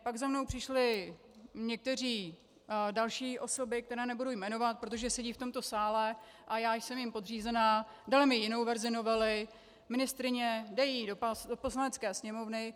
Pak za mnou přišly některé další osoby, které nebudu jmenovat, protože sedí v tomto sále a já jsem jim podřízená, daly mi jinou verzi novely: Ministryně, dej ji do Poslanecké sněmovny.